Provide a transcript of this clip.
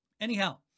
anyhow